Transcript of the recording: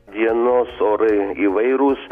dienos orai įvairūs